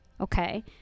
okay